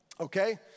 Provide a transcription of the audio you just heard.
Okay